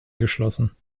geschlossen